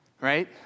right